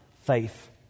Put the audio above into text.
faith